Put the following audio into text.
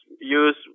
use